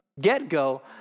get-go